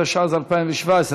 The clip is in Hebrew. התשע"ז 2017,